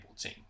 team